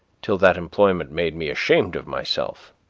till that employment made me ashamed of myself,